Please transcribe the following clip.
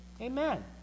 Amen